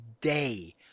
day